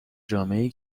جامعهای